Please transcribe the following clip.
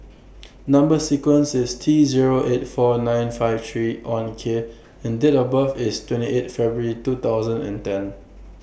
Number sequence IS T Zero eight four nine five three one K and Date of birth IS twenty eight February two thousand and ten